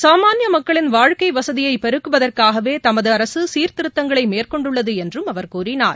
சாமானிய மக்களின் வாழ்க்கை வசதியை பெருக்குவதற்காகவே தமது அரக சீர்திருத்தங்களை மேற்கொண்டுள்ளது என்றும் அவர் கூறினார்